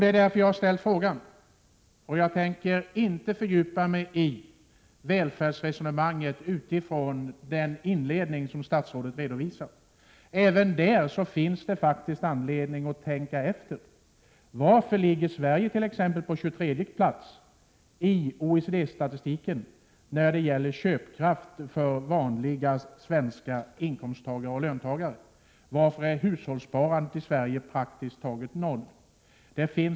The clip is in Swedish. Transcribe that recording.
Jag har framfört min fråga i interpellationen och tänker inte fördjupa mig i välfärdsresonemanget utifrån den inledning som statsrådet redovisar, även om det finns anledning att utifrån den tänka efter: Varför ligger Sverige på 23:e plats i OECD-statistiken när det gäller köpkraften hos vanliga löntagare? Varför är hushållssparandet i Sverige praktiskt taget lika med noll?